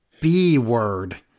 B-word